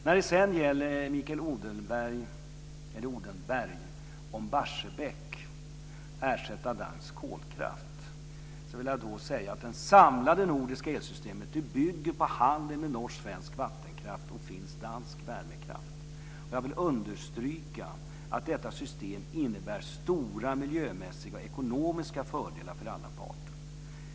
När det sedan gäller Mikael Odenberg, Barsebäck och ersättning med dansk kolkraft bygger det samlade nordiska elsystemet på handeln med norsk och svensk vattenkraft samt finsk och dansk värmekraft. Jag vill understryka att detta system innebär stora miljömässiga och ekonomiska fördelar för alla parter.